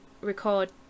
record